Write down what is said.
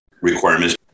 requirements